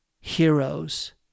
heroes